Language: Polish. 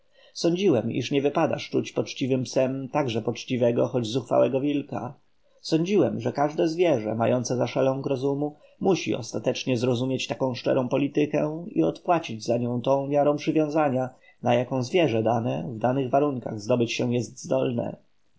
sądziłem iż nie wypada szczuć poczciwym psem także poczciwego choć zuchwałego wilka sądziłem że każde zwierzę mające za szeląg rozumu musi ostatecznie zrozumieć taką szczerą politykę i odpłacić za nią tą miarą przywiązania na jaką zwierzę dane w danych warunkach zdobyć się jest zdolne